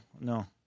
no